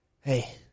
hey